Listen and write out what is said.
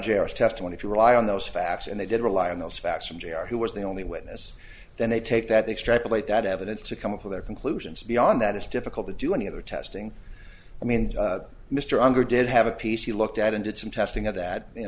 jail testimony if you rely on those facts and they did rely on those facts from jr who was the only witness then they take that extrapolate that evidence to come up with their conclusions beyond that it's difficult to do any other testing i mean mr unger did have a piece he looked at and did some testing of that you